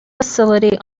facility